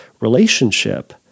relationship